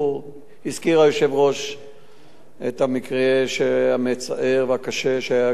הזכיר היושב-ראש את המקרה המצער והקשה שהיה גם ב"יד ושם",